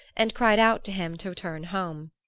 and cried out to him to turn home.